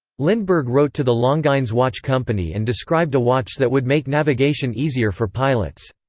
lindbergh wrote to the longines watch company and described a watch that would make navigation easier for pilots.